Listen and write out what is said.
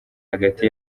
hagati